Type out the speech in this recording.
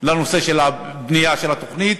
לנושא של בניית התוכנית,